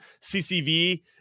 CCV